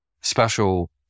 special